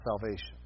salvation